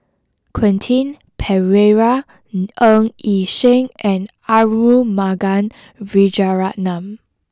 Quentin Pereira Ng Yi Sheng and Arumugam Vijiaratnam